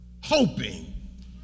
hoping